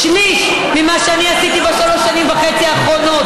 שליש ממה שאני עשיתי בשלוש שנים וחצי האחרונות.